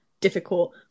difficult